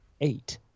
eight